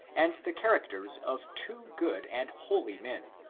and the characters of two good and holy men,